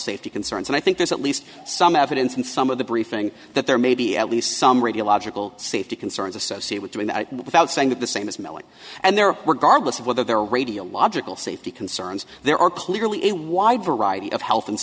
safety concerns and i think there's at least some evidence in some of the briefing that there may be at least some radiological safety concerns associate with doing that without saying that the same as milling and there were garbus of whether there are radiological safety concerns there are police really a wide variety of health and